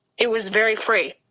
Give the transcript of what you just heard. it was very free.